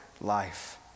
life